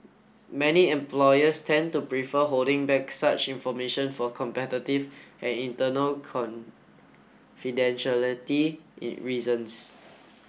many employers tend to prefer holding back such information for competitive and internal confidentiality reasons